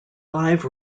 live